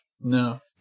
No